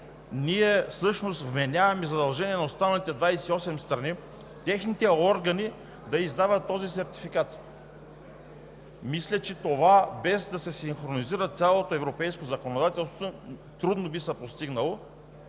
ние всъщност вменяваме задължения на останалите 28 страни техните органи да издават този сертификат. Мисля, че това, без да се синхронизира цялото европейско законодателство, трудно би се постигнало,